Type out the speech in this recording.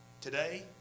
Today